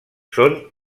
són